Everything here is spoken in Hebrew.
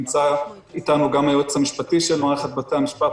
נמצא איתנו גם היועץ המשפטי של מערכת בתי המשפט,